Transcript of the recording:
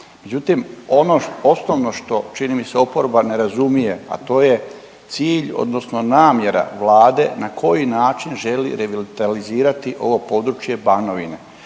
Međutim, ono osnovno što, čini mi se, oporba ne razumije, a to je cilj odnosno namjera Vlade na koji način želi revitalizirati ovo područje Banovine,